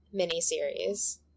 miniseries